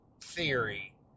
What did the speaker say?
theory